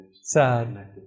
Sad